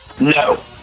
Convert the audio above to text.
No